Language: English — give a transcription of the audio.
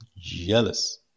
jealous